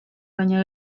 baina